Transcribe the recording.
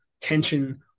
tension